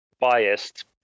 biased